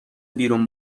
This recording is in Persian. بیرون